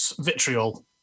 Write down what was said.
vitriol